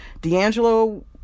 d'angelo